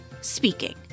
speaking